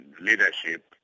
leadership